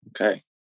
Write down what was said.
Okay